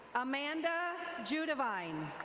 amanda judevine.